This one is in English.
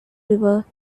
river